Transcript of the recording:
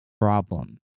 problem